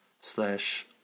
slash